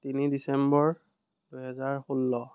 তিনি ডিচেম্বৰ দুহেজাৰ ষোল্ল